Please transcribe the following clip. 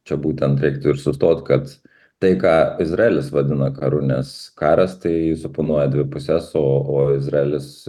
čia būtent reiktų ir sustot kad tai ką izraelis vadina karu nes karas tai suponuoja dvi puses o o izraelis